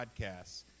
Podcasts